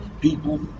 people